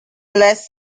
less